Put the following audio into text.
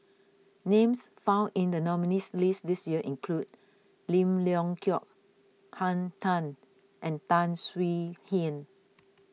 names found in the nominees' list this year include Lim Leong Geok Henn Tan and Tan Swie Hian